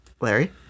Larry